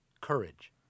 Courage